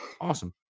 awesome